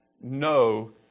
no